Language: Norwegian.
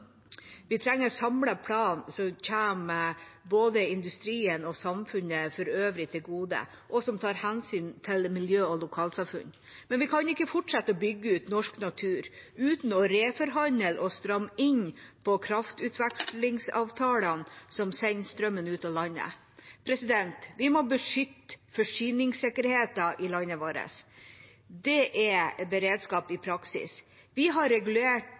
Vi trenger en samlet plan som kommer både industrien og samfunnet for øvrig til gode, og som tar hensyn til miljø og lokalsamfunn. Men vi kan ikke fortsette å bygge ut norsk natur uten å reforhandle og stramme inn på kraftutvekslingsavtalene som sender strømmen ut av landet. Vi må beskytte forsyningssikkerheten i landet vårt. Det er beredskap i praksis. Vi har